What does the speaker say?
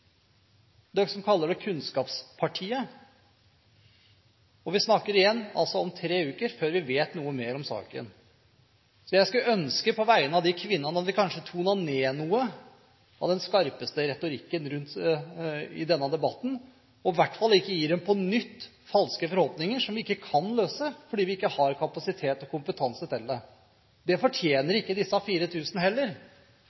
– dere som kaller dere kunnskapspartiet? Vi snakker igjen altså om tre uker før vi vet noe mer om saken. Jeg skulle ønske på vegne av disse kvinnene at vi kanskje tonet ned noe av den skarpeste retorikken i denne debatten og i hvert fall ikke på nytt gir dem falske forhåpninger, forhåpninger vi ikke kan innfri fordi vi ikke har kapasitet og kompetanse til det. Det fortjener